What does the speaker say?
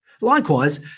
Likewise